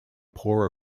poorer